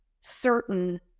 certain